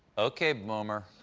ok boomer,